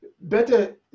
Better